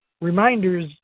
reminders